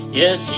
yes